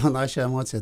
panašią emociją